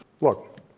Look